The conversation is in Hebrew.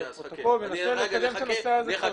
מנסה לקדם את הנושא הזה.